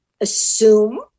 assume